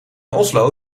oslo